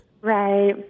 Right